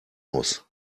muss